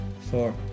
four